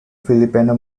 filipino